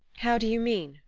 how do you mean?